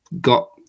got